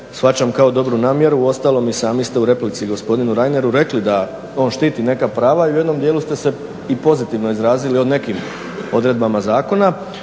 shvaćam kao dobru namjeru, uostalom i sami se u replici gospodinu Reineru rekli da on štiti neka prava i u jednom dijelu ste se i pozitivno izrazili o nekim odredbama zakona.